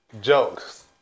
Jokes